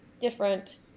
different